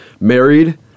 Married